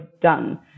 done